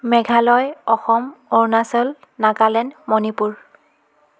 Meghalaya Assam Arunachal Nagaland Manipur